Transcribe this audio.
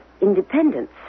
independence